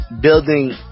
building